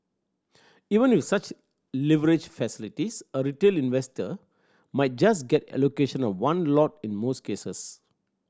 even with such leverage facilities a retail investor might just get allocation of one lot in most cases